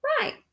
Right